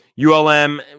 ULM